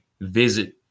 visit